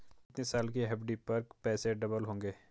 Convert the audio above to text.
कितने साल की एफ.डी पर पैसे डबल होंगे?